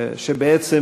בעצם,